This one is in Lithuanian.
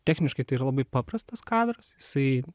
techniškai tai yra labai paprastas kadras jisai